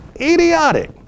idiotic